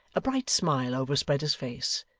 a bright smile overspread his face,